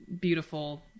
beautiful